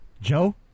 Joe